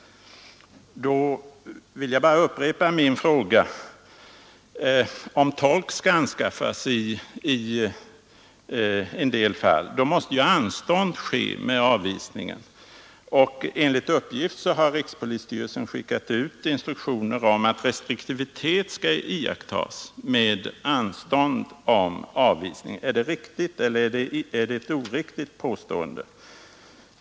Då vill jag bara upprepa min fråga: Om tolk skall anskaffas i en del fall, måste ju anstånd ske med avvisningen. Enligt uppgift har rikspolisstyrelsen skickat ut instruktioner om att restriktivitet skall iakttas med anstånd med avvisning. Är det ett riktigt eller ett oriktigt påstående?